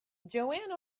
joanne